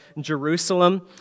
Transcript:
Jerusalem